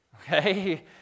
okay